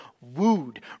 wooed